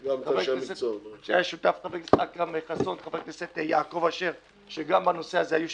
וגם חבר הכנסת אכרם חסון וחבר הכנסת יעקב שהיו שותפים